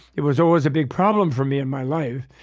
it was always a big problem for me in my life.